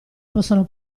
possono